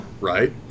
right